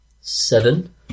Seven